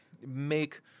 make